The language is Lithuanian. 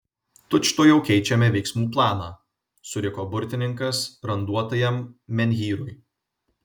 tučtuojau keičiame veiksmų planą suriko burtininkas randuotajam menhyrui